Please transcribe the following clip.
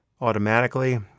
automatically